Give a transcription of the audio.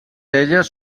elles